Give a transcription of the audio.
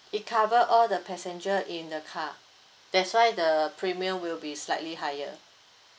it cover all the passenger in the car that's why the premium will be slightly higher